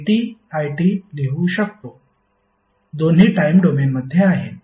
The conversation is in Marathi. आपण ptvti लिहू शकतो दोन्ही टाइम डोमेनमध्ये आहेत